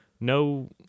no